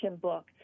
book